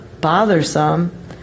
bothersome